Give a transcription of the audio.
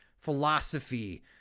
philosophy